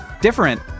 different